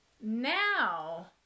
now